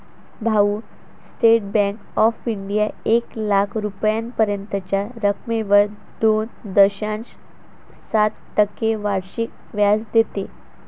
भाऊ, state bank of India एक लाख रुपयांपर्यंतच्या रकमेवर दोन दशांश सात टक्के वार्षिक व्याज देते